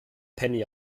penny